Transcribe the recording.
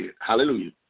Hallelujah